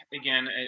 again